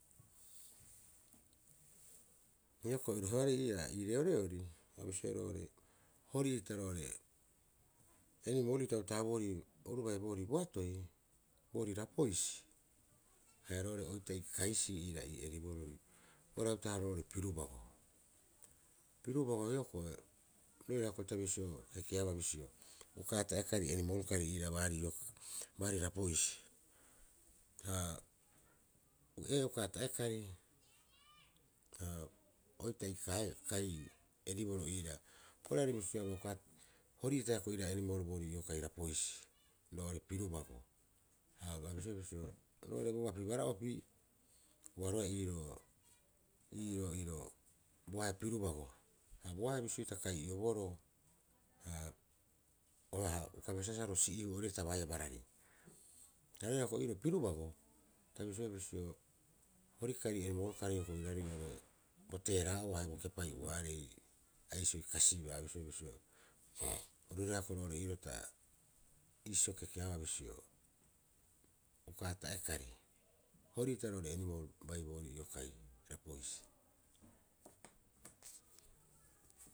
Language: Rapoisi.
Hioko'i roheoarei ii'aa iireoreori, a bisioea roo'ore hori'ita roo'ore animolo ita uta'aha boorii oru bai boorii boatoi boorii Rapoisi. Haia roo'ore oitaa'ita kaisii iiraa ii animorori roira utaha'a roo'ore pirubago. Pirubago hioko'i roira hiokoi ta bisio kekeabaa bisio uka ata'w kari animolo kari iiraa baari Rapoisi. Ha ee, uka ata'e kari ha oita'i kai- kai eriboro iiraa. Oru roira bisiaaba hori'ita hioko'i arimoro boorii iokai Rapoisi. Roo'ore pirubago haa bisioea bisio roo'ore bo bapi bara'opi uaroeaa, iiroo bo ahe'a pirubago. Ha bo ahe'a bisioi ta kaiiboroo ha uka bai kasibaa sa ro si'ihuu ori iiraa ta baiia baarii ha ori iiraa ko'i iiroo pirubago ta bisioea bisio hori kari animolo kari. Hioko'i oiraarei oo'ore bo teera'a haia bo kepa'uaarei a iisioi kasibaa bisio. bisio. Oru roira ko'e oru roo iiroo ta iisio kekeabaa bisio uka ata'e kari. Hori'ita roo'ore animilo bai iokai boorii Rapoisi.